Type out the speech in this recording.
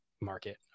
market